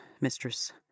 Mistress